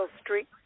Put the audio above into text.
street